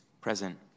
Present